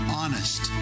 honest